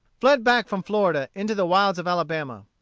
fled back from florida into the wilds of alabama.